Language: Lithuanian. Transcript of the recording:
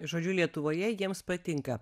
žodžiu lietuvoje jiems patinka